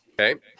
Okay